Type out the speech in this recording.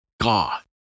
god